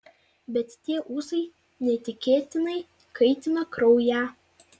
bet tie ūsai neįtikėtinai kaitino kraują